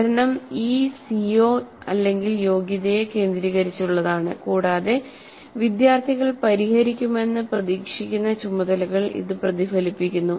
പഠനം ഈ സിഒ യോഗ്യതയെ കേന്ദ്രീകരിച്ചുള്ളതാണ് കൂടാതെ വിദ്യാർത്ഥികൾ പരിഹരിക്കുമെന്ന് പ്രതീക്ഷിക്കുന്ന ചുമതലകൾ ഇത് പ്രതിഫലിപ്പിക്കുന്നു